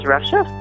Russia